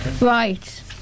Right